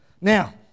now